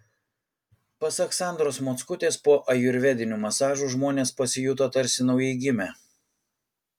pasak sandros mockutės po ajurvedinių masažų žmonės pasijuto tarsi naujai gimę